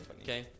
Okay